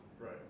Right